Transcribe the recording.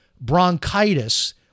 bronchitis